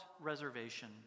reservation